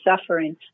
suffering